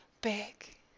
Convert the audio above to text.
big